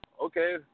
okay